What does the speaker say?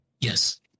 Yes